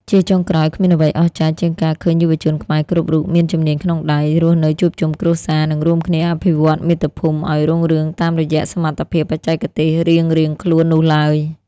ជាចុងក្រោយ គ្មានអ្វីអស្ចារ្យជាងការឃើញយុវជនខ្មែរគ្រប់រូបមានជំនាញក្នុងដៃ រស់នៅជួបជុំគ្រួសារ និងរួមគ្នាអភិវឌ្ឍមាតុភូមិឱ្យរុងរឿងតាមរយៈសមត្ថភាពបច្ចេកទេសរៀងៗខ្លួននោះឡើយ។